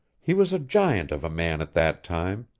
he was a giant of a man at that time,